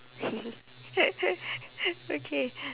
hee hee okay